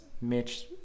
Mitch